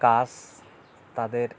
কাজ তাদের